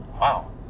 Wow